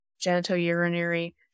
genitourinary